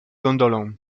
gondolą